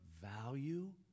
value